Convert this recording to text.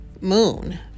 Moon